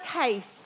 taste